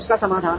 उस का समाधान